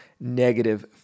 negative